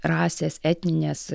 rasės etninės